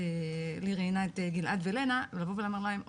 שלי ראיינה את גלעד ולנה, אמרו להם אוקי,